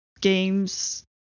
games